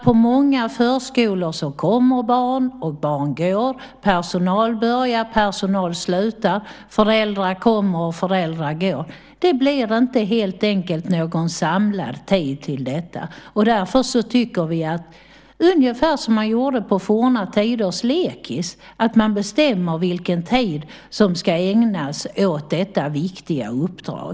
På många förskolor kommer barn och går barn, personal börjar och personal slutar, föräldrar kommer och föräldrar går. Det blir helt enkelt inte någon samlad tid till detta. Därför tycker vi att man, ungefär som man gjorde på forna tiders lekis, bestämmer vilken tid som ska ägnas åt detta viktiga uppdrag.